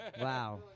Wow